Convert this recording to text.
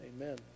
Amen